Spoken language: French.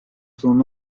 son